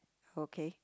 okay